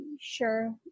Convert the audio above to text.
sure